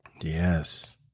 Yes